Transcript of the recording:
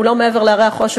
הוא לא מעבר להרי החושך,